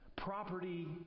property